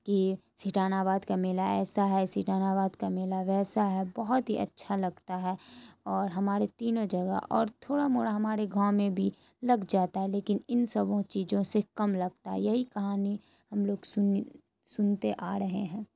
کہ سٹانا باد کا میلہ ایسا ہے سٹانا باد کا میلہ ویسا ہے بہت ہی اچھا لگتا ہے اور ہمارے تینوں جگہ اور تھوڑا موڑا ہمارے گاؤں میں بھی لگ جاتا ہے لیکن ان سبھوں چیجوں سے کم لگتا ہے یہی کہانی ہم لوگ سنتے آ رہے ہیں